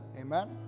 Amen